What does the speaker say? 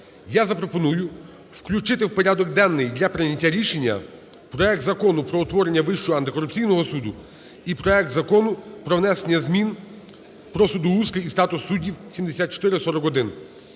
я запропоную включити в порядок денний для прийняття рішення проект Закону про утворення Вищого антикорупційного суду і проект Закону про внесення змін про судоустрій і статус суддів (7441).